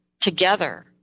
together